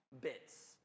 bits